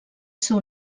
seu